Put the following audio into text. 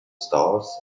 stars